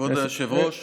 בבקשה, סגן השר.